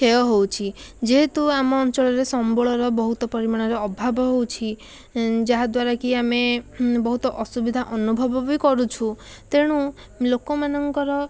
କ୍ଷୟ ହେଉଛି ଯେହେତୁ ଆମ ଅଞ୍ଚଳରେ ସମ୍ବଳର ବହୁତ ପରିମାଣରେ ଅଭାବ ହେଉଛି ଯାହାଦ୍ଵାରା କି ଆମେ ବହୁତ ଅସୁବିଧା ଅନୁଭବ ବି କରୁଛୁ ତେଣୁ ଲୋକମାନଙ୍କର